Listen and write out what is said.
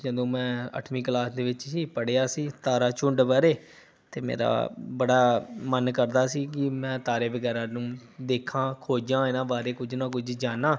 ਜਦੋਂ ਮੈਂ ਅੱਠਵੀਂ ਕਲਾਸ ਦੇ ਵਿੱਚ ਸੀ ਪੜ੍ਹਿਆ ਸੀ ਤਾਰਾ ਝੁੰਡ ਬਾਰੇ ਅਤੇ ਮੇਰਾ ਬੜਾ ਮਨ ਕਰਦਾ ਸੀ ਕਿ ਮੈਂ ਤਾਰੇ ਵਗੈਰਾ ਨੂੰ ਦੇਖਾਂ ਖੋਜਾਂ ਇਹਨਾਂ ਬਾਰੇ ਕੁਝ ਨਾ ਕੁਝ ਜਾਣਾ